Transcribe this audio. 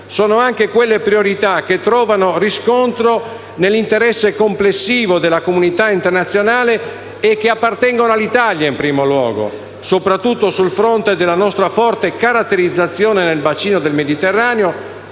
sono anche quelle priorità che trovano riscontro nell'interesse complessivo della comunità internazionale e che appartengono all'Italia in primo luogo, soprattutto sul fronte della nostra forte caratterizzazione nel bacino del Mediterraneo